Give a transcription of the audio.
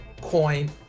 coin